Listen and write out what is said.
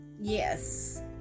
Yes